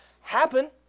happen